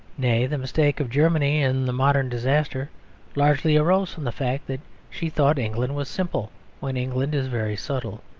nay, the mistake of germany in the modern disaster largely arose from the facts that she thought england was simple when england is very subtle.